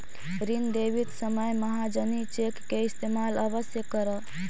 ऋण देवित समय महाजनी चेक के इस्तेमाल अवश्य करऽ